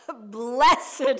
blessed